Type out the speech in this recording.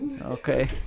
Okay